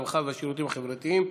הרווחה והשירותים החברתיים.